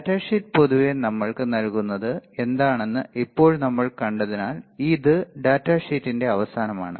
data sheet പൊതുവെ നമ്മൾക്ക് നൽകുന്നത് എന്താണെന്ന് ഇപ്പോൾ നമ്മൾ കണ്ടതിനാൽ ഇത് ഡാറ്റാ ഷീറ്റിന്റെ അവസാനമാണ്